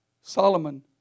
Solomon